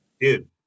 Dude